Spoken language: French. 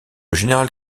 général